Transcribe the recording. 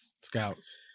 scouts